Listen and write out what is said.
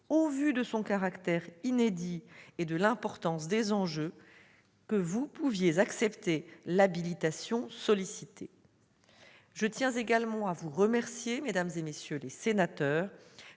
au vu de son caractère inédit et de l'importance des enjeux, qu'il pouvait accepter l'habilitation sollicitée. Je tiens également à vous remercier des discussions que nous